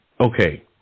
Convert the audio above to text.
Okay